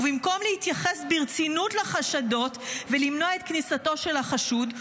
ובמקום להתייחס ברצינות לחשדות ולמנוע את כניסתו של החשוד,